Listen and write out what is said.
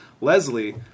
Leslie